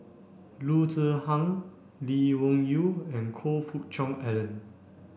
Loo Zihan Lee Wung Yew and Choe Fook Cheong Alan